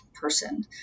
person